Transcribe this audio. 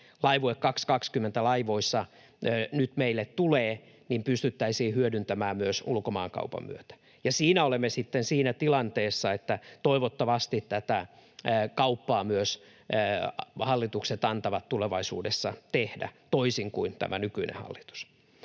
Laivue 2020 ‑laivoissa nyt meille tulee, pystyttäisiin hyödyntämään myös ulkomaankaupan myötä. Siinä olemme sitten siinä tilanteessa, että toivottavasti tätä kauppaa myös hallitukset antavat tulevaisuudessa tehdä — toisin kuin tämä nykyinen hallitus.